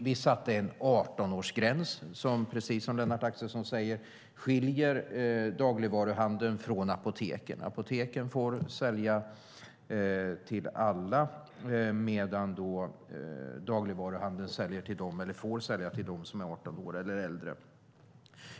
Vi satte en 18-årsgräns som, precis som Lennart Axelsson säger, skiljer dagligvaruhandeln från apoteken. Apoteken får sälja till alla medan dagligvaruhandeln får sälja till dem som är 18 år eller äldre.